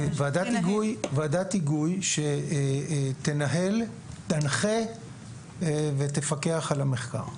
ועדת היגוי שתנהל, תנחה ותפקח על המחקר.